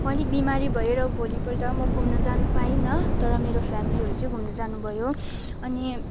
म अलिक बिमारी भएँ र भोलिपल्ट म घुम्नु जानु पाइनँ तर मेरो फेमेलीहरू चाहिँ घुम्नु जानु भयो अनि